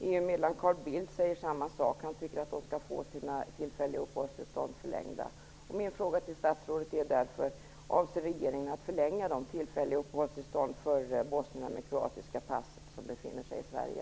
EU-medlaren Carl Bildt säger samma sak - han tycker att de skall få sina tillfälliga uppehållstillstånd förlängda.